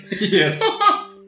Yes